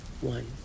One